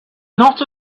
not